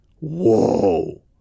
whoa